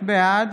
בעד